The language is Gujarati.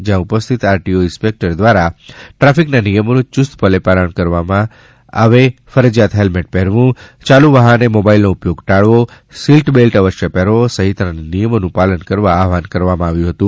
જ્યાં ઉપસ્થિત આરટીઓ ઇન્સપેક્ટર દ્વારા ટ્રાફિકના નિયમોનું યુસ્તપણે પાલન કરવું ફરજિયાત હેલ્મેટ પહેરવું ચાલુ વાહને મોબાઈલનો ઉપયોગ ટાળવો સિલ્ટ બેલ્ટ અવશ્ય પહેરવો સહિતના નિયમોનું પાલન કરવા આહવાન કર્યું હતું